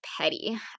petty